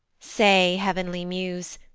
say, heav'nly muse,